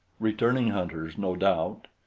returning hunters, no doubt.